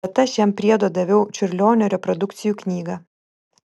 bet aš jam priedo daviau čiurlionio reprodukcijų knygą